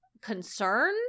concern